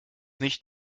nicht